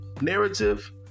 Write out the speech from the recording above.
narrative